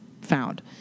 found